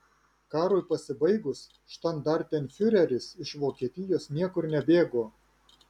karui pasibaigus štandartenfiureris iš vokietijos niekur nebėgo